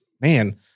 Man